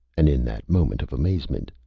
and in that moment of amazement,